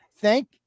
Thank